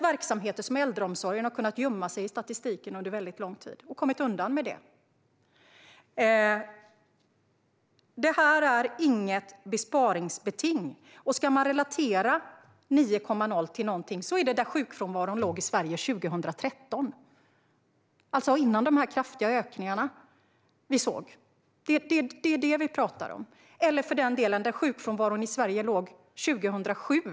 Verksamheter som äldreomsorgen har kunnat gömma sig i statistiken under väldigt lång tid och har kommit undan med det. Detta är inget besparingsbeting. Om man ska relatera 9,0 till någonting kan man jämföra med var sjukfrånvaron låg på 2013, alltså före de kraftiga ökningar som vi sett. Detta är vad vi talar om. Vi kan också jämföra med vad sjukfrånvaron i Sverige låg på 2007.